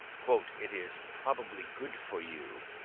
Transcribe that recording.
it is probably good for you,